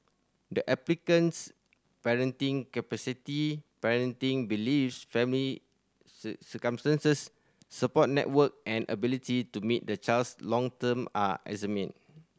the applicant's parenting capacity parenting beliefs family circumstances support network and ability to meet the child's long term are examined